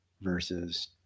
versus